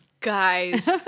Guys